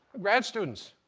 grad students.